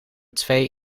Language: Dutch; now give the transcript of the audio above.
twee